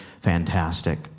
fantastic